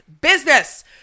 Business